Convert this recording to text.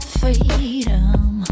freedom